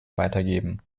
weitergeben